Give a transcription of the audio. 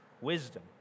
wisdom